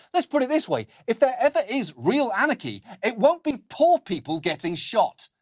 let's put it this way. if there ever is real anarchy, it won't be poor people getting shot.